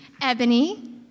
Ebony